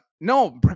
No